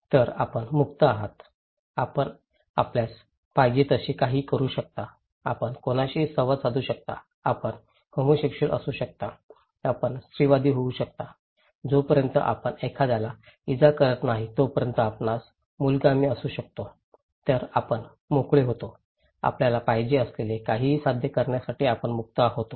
तर आपण मुक्त आहात आपण आपल्यास पाहिजे तसे काहीही करू शकता आपण कोणाशीही संवाद साधू शकता आपण होमोसेक्सऊल असू शकता आपण स्त्रीवादी होऊ शकता जोपर्यंत आपण एखाद्याला इजा करत नाही तोपर्यंत आपणास मूलगामी असू शकतो तर आपण मोकळे होते आपल्याला पाहिजे असलेले काहीही साध्य करण्यासाठी आपण मुक्त होता